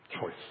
Choice